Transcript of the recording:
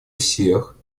всех